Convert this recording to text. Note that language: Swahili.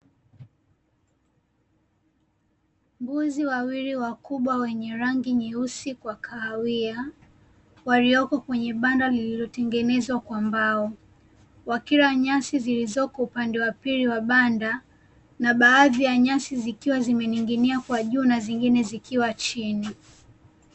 Mbuzi wawili wakubwa wenye rangi nyeusi kwa kahawia walioko kwenye banda lililotengenezwa kwa mbao wakila nyasi zilizoko upande wa pili wa banda na baadhi ya nyasi zikiwa zimening'inia kwa juu na zingine zikiwa chini.